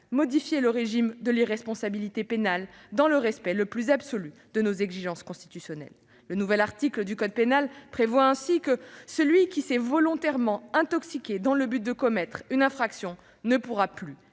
modifier le régime de l'irresponsabilité pénale dans le respect le plus absolu de nos exigences constitutionnelles. Le nouvel article 122-1-1 du code pénal prévoit ainsi que celui qui s'est volontairement intoxiqué dans le but de commettre une infraction ne pourra plus